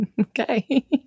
Okay